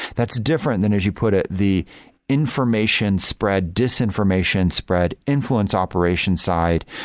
that's different than as you put it, the information spread, disinformation spread, influence operations side,